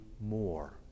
more